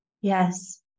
Yes